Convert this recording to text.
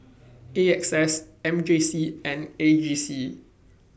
A X S M J C and A J C